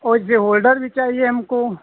अउर यह होल्डर भी चाहिए हमको